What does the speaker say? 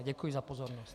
Děkuji za pozornost.